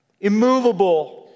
immovable